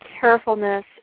carefulness